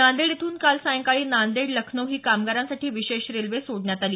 नांदेड इथून काल सायंकाळी नांदेड लखनौ ही कामगारांसाठी विशेष रेल्वे सोडण्यात आली